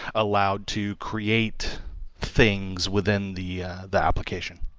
allowed to create things within the the application?